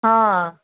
हां